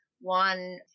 one